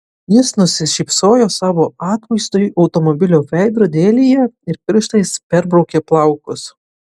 jis nusišypsojo savo atvaizdui automobilio veidrodėlyje ir pirštais perbraukė plaukus